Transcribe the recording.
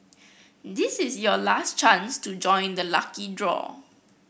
this is your last chance to join the lucky draw